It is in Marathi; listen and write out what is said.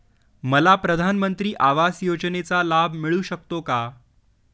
मला प्रधानमंत्री आवास योजनेचा लाभ मिळू शकतो का?